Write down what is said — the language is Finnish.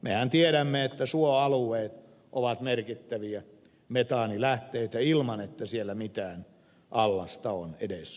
mehän tiedämme että suoalueet ovat merkittäviä metaanilähteitä ilman että siellä mitään allasta on edes olemassa